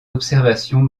observations